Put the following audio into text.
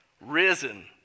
risen